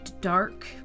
dark